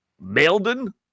Meldon